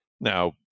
Now